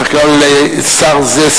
בדרך כלל שר זה,